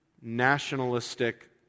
nationalistic